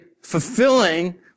fulfilling